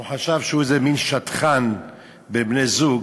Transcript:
הוא חשב שהוא איזה מין שדכן בין בני-זוג,